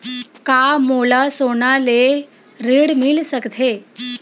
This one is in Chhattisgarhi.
का मोला सोना ले ऋण मिल सकथे?